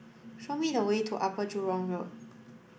show me the way to Upper Jurong Road